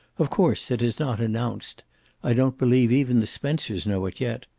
of course it is not announced i don't believe even the spencers know it yet.